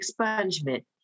expungement